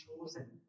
chosen